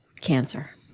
cancer